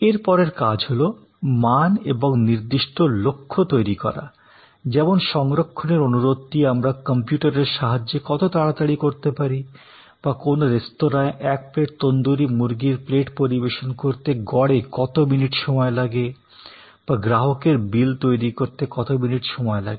এর পরের কাজ হলো মান এবং নির্দিষ্ট লক্ষ্য তৈরি করা যেমন সংরক্ষণের অনুরোধটি আমরা কম্পিউটারের সাহায্যে কত তাড়াতাড়ি করতে পারি বা কোনও রেস্তোঁরায় এক প্লেট তন্দুরী মুরগির প্লেট পরিবেশন করতে গড়ে কত মিনিট সময় লাগে বা গ্রাহকের বিল তৈরী করতে কত মিনিট সময় লাগে